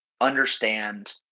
understand